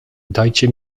dajcie